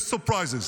יש surprises.